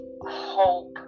hope